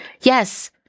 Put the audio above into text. Yes